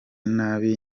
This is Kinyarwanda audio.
nabi